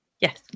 Yes